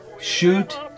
shoot